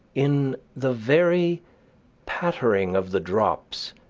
in the very pattering of the drops,